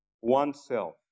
oneself